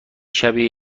شبیه